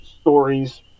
stories